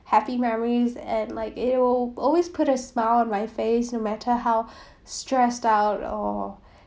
happy memories at like it'll always put a smile on my face no matter how stressed out or